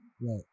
Right